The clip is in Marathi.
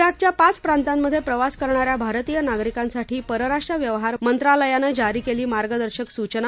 जिकच्या पाच प्रांतामध्ये प्रवास करणाऱ्या भारतीय नागरिकांसाठी परराष्ट्र व्यवहार मंत्रालयानं जारी केली मार्गदर्शक सूचना